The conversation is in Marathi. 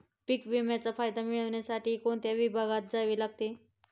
पीक विम्याचा फायदा मिळविण्यासाठी कोणत्या विभागात जावे लागते?